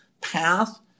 path